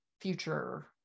future